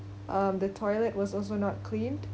um the toilet was also not cleaned